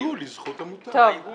"יועמדו לזכות המוטב".